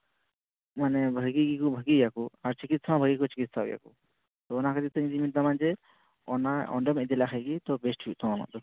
ᱢᱟᱱᱮ ᱵᱷᱟᱜᱮ ᱜᱮᱠᱚ ᱵᱷᱟᱜᱮᱭᱟᱠᱚ ᱟᱨ ᱪᱤᱠᱤᱛᱥᱟ ᱦᱚᱸ ᱵᱷᱟᱜᱮ ᱜᱮᱠᱚ ᱪᱤᱠᱤᱛᱥᱟᱣᱟ ᱛᱚ ᱚᱱᱟ ᱠᱷᱟᱹᱛᱤᱨ ᱛᱮ ᱤᱧ ᱫᱩᱧ ᱢᱮᱛᱟᱢᱟ ᱡᱮ ᱚᱱᱟ ᱚᱸᱰᱮᱢ ᱤᱫᱤ ᱞᱟᱭ ᱠᱷᱟᱱ ᱜᱮ ᱛᱚ ᱵᱮᱥᱴ ᱦᱩᱭᱩᱜ ᱛᱟᱢᱟ ᱟᱢᱟᱜ ᱫᱚ